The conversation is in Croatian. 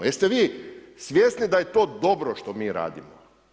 Jeste vi svjesni da je to dobro što mi radimo?